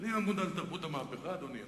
ואני אמון על תרבות המהפכה, אדוני.